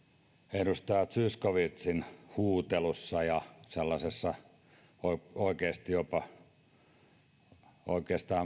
edustaja zyskowiczin huutelussa ja sellaisessa voi oikeastaan